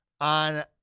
on